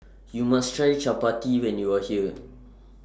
YOU must Try Chapati when YOU Are here